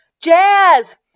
Jazz